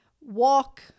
walk